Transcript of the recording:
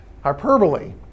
Hyperbole